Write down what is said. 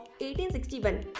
1861